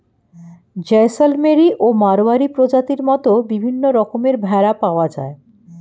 জয়সলমেরি ও মাড়োয়ারি প্রজাতির মত বিভিন্ন রকমের ভেড়া পাওয়া যায়